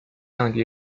降低